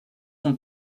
sont